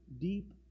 deep